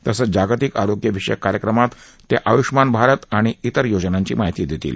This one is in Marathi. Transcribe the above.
तसंच जागतिक आरोग्य विषयक कार्यक्रमात ते आयुष्मान भारत आणि इतर योजनांची माहिती देतील